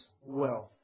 wealth